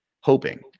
Hoping